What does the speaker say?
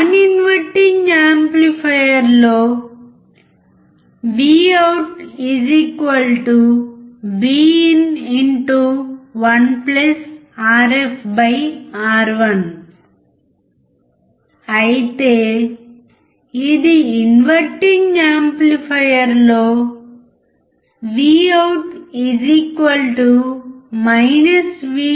non inverting amplifier లో V out V in 1 R f R 1 అయితే ఇది inverting amplifier లో Vout VinR2R1